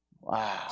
Wow